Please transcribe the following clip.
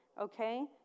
Okay